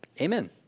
Amen